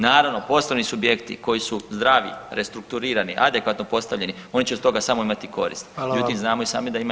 Naravno, poslovni subjekti koji su zdravi, restrukturirani, adekvatno postavljeni oni će od toga samo imati korist [[Upadica predsjednik: Hvala vam.]] međutim znamo i sami da ima